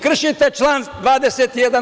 Kršite član 21.